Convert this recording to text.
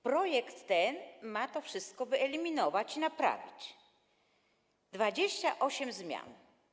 Projekt ten ma to wszystko wyeliminować i naprawić - 28 zmian.